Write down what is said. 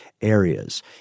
areas